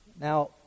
Now